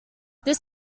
this